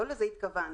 לא לזה התכוונו.